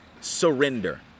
surrender